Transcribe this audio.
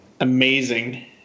amazing